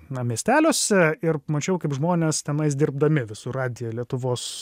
na miesteliuose ir mačiau kaip žmonės tenais dirbdami visur radiją lietuvos